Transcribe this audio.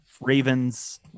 Ravens